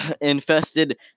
infested